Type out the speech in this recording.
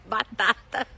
Batata